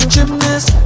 Gymnast